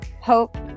hope